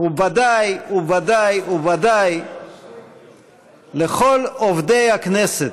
ובוודאי ובוודאי לכל עובדי הכנסת,